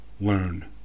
learn